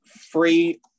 free